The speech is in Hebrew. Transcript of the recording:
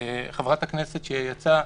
חברת הכנסת שיצאה,